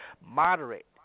moderate